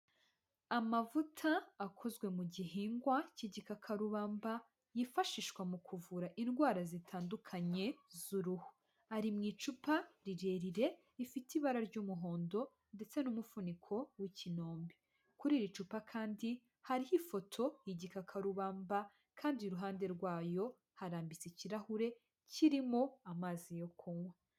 Amavuta akozwe mu gihingwa cy'igikakarubamba yifashishwa mu kuvura indwara zitandukanye z'uruhu. Ari mu icupa rirerire rifite ibara ry'umuhondo ndetse n'umufuniko w'ikinombe. Kuri iri cupa kandi hariho ifoto y'igikakarubamba kandi iruhande rwayo harambitse ikirahure kirimo amazi yo kunywa.